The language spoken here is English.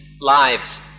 lives